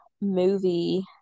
movie